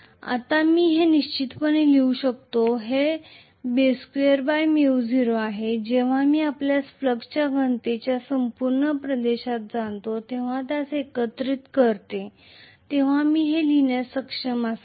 आता मी हे निश्चितपणे लिहू शकतो की हे B2µ0 आहे जेव्हा मी आपल्यास फ्लक्सच्या घनतेचा संपूर्ण प्रदेश जाणतो तेव्हा त्यास एकत्रित करते तेव्हा मी हे लिहीण्यास सक्षम असावे